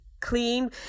clean